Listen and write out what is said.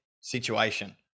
situation